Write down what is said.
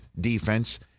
defense